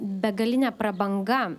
begalinė prabanga